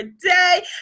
day